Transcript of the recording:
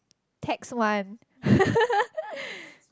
tax one